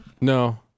No